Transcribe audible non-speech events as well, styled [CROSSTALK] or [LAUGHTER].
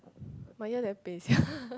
my ear very pain sia [LAUGHS]